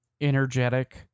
energetic